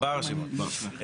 זה פרלמנט במדינה דמוקרטית,